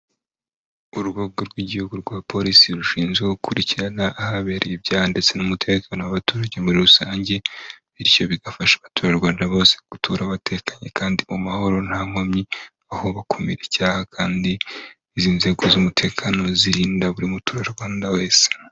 Urwego rw'igihugu rwa polisi rushinzwe gukurikirana ahabere ibyaha ndetse n'umutekano w'abaturage muri rusange, bityo bigafasha abaturarwanda bose gutura batekanye kandi mu mahoro nta nkomyi, aho bakumira icyaha kandi izi nzego z'umutekano zirinda buri muturarwanda wese.